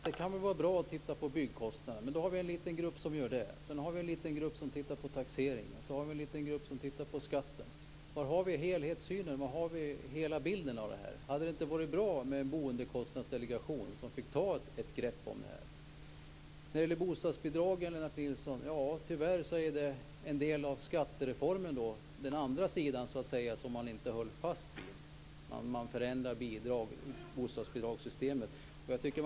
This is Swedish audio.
Herr talman! Det kan väl vara bra att titta på byggkostnaderna. Då är det en liten grupp som gör det. Sedan är det en liten grupp som tittar på taxeringen. En ytterligare grupp tittar på skatten. Var finns helhetssynen? Hade det inte varit bra med en boendekostnadsdelegation som fick ta ett helhetsgrepp om detta? Tyvärr är detta med bostadsbidragen en del av skattereformen, den andra sidan som man inte höll fast vid när bostadsbidragssystemet förändrades.